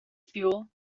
fuel